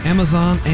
Amazon